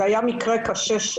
זה היה מקרה קשה.